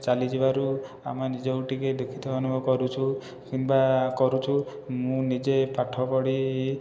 ଚାଲି ଯିବାରୁ ଆମେ ନିଜକୁ ଟିକେ ଦୁଃଖିତ ଅନୁଭବ କରୁଚୁ କିମ୍ବା କରୁଚୁ ମୁଁ ନିଜେ ପାଠ ପଢ଼ି